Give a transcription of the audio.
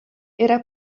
era